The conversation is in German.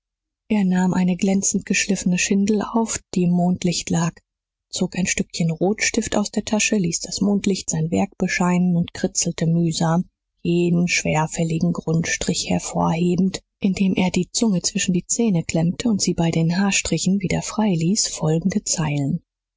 er nahm eine glänzend geschliffene schindel auf die im mondlicht lag zog ein stückchen rotstift aus der tasche ließ das mondlicht sein werk bescheinen und kritzelte mühsam jeden schwerfälligen grundstrich hervorhebend indem er die zunge zwischen die zähne klemmte und sie bei den haarstrichen wieder freiließ folgende zeilen